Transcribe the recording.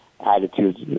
attitudes